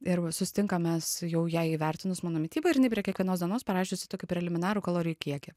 ir va susitinkam mes su jau jai įvertinus mano mitybą ir jinai prie kiekvienos dienos parašiusi tokį preliminarų kalorijų kiekį